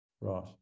Right